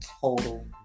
total